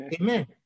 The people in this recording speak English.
Amen